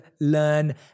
learn